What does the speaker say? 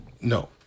No